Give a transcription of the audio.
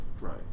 Right